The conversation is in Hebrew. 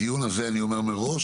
הדיון הזה, אני אומר מראש,